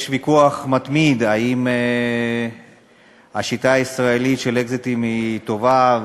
יש ויכוח מתמיד אם השיטה הישראלית של אקזיט היא טובה,